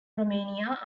romania